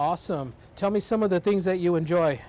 also tell me some of the things that you enjoy